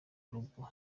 rugo